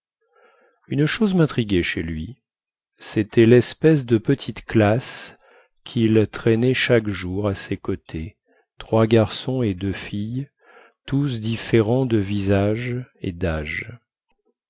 une chose mintriguait chez lui cétait lespèce de petite classe quil traînait chaque jour à ses côtés trois garçons et deux filles tous différents de visage et dâge